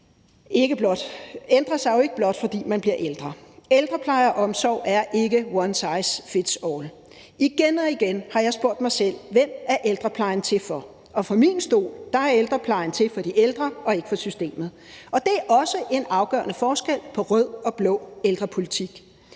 ændrer sig jo ikke blot, fordi man bliver ældre. Ældrepleje og omsorg er ikke one size fits all. Igen og igen har jeg spurgt mig selv, hvem ældreplejen er til for. Og fra min stol er ældreplejen til for de ældre og ikke for systemet. Det er også en afgørende forskel på rød og blå ældrepolitik.